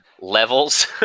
levels